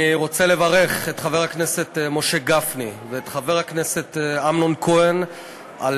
אני רוצה לברך את חבר הכנסת משה גפני ואת חבר הכנסת אמנון כהן על